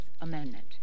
Amendment